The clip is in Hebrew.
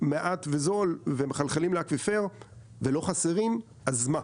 מעט וזול ומחלחלים לאקוויפר ולא חסרים אז מה,